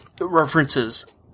references